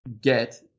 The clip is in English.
get